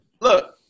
look